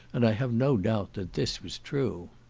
and i have no doubt that this was true.